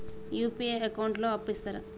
UPI account లో అప్పు ఇస్తరా?